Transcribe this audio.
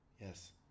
yes